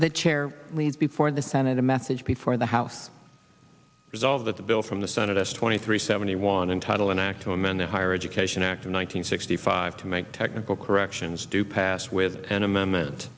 the chair lead before the senate a message before the house resolved that the bill from the senate us twenty three seventy one entitled an act to amend the higher education act of one nine hundred sixty five to make technical corrections do passed with an amendment